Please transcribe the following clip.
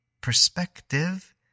perspective